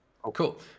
Cool